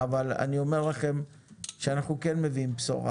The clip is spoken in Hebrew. אבל אני אומר לכם שאנחנו כן מביאים בשורה ליבואנים.